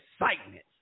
excitement